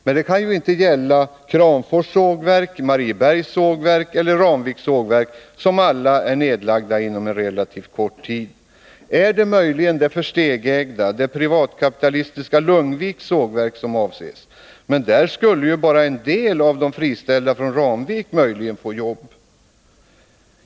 Men det kan ju inte gälla Kramfors sågverk, Mariebergs sågverk eller Ramviks sågverk, som alla lagts ned inom loppet av en kort tid. Är det möjligen det Versteegh-ägda privatkapitalistiska Lugnviks sågverk som avses? Men där skulle ju bara en del av de friställda från Ramvik möjligen få jobb.